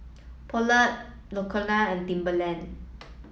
Poulet L'Occitane and Timberland